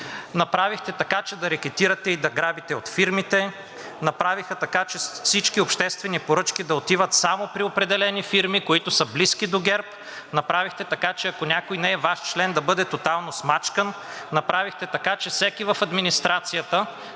Направихте така, че да рекетирате и да грабите от фирмите, направихте така, че всички обществени поръчки да отиват само при определени фирми, които са близки до ГЕРБ, направихте така, че ако някой не е Ваш член, да бъде тотално смачкан, направихте така, че всеки в администрацията